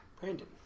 Brandon